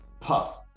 puff